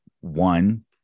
one